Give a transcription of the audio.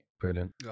Brilliant